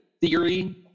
theory